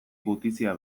gutizia